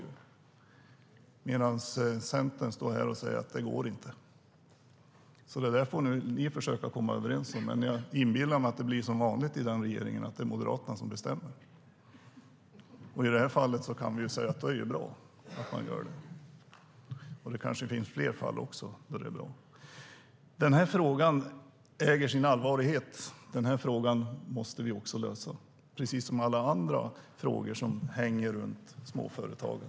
Centern står dock här och säger att det inte går. Det där får ni försöka komma överens om. Men jag inbillar mig att det blir som vanligt i den regeringen: att det är Moderaterna som bestämmer. I det här fallet är det bra. Det kanske finns fler fall där det är bra. Den här frågan äger sin allvarlighet, och vi måste lösa den, precis som alla andra frågor som hänger runt småföretagen.